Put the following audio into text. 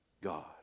God